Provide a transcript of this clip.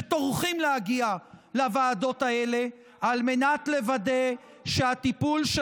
שטורחים להגיע לוועדות האלה על מנת לוודא שהטיפול של